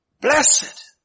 Blessed